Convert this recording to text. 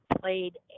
played